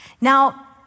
Now